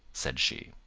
said she.